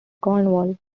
cornwall